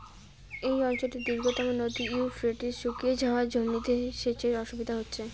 এই অঞ্চলের দীর্ঘতম নদী ইউফ্রেটিস শুকিয়ে যাওয়ায় জমিতে সেচের অসুবিধে হচ্ছে